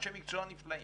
אנשי מקצוע נפלאים,